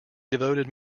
devoted